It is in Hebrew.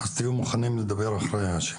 אז תהיו מוכנים לדבר אחרי האשם,